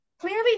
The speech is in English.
clearly